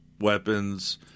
weapons